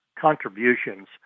contributions